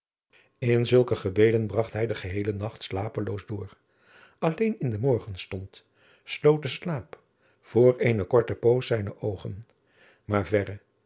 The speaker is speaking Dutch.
in zulke gebeden bragt hij den geheelen nacht slapeloos door alleen in den morgenstond sloot de slaap voor eene korte poos zijne oogen maar verre